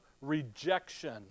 rejection